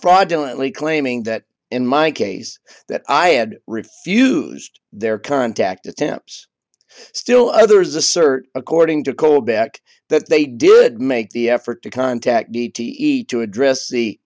fraudulently claiming that in my case that i had refused their contact attempts still others assert according to callback that they did make the effort to contact d t e to address the